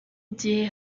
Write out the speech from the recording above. gihe